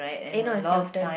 eh no is your turn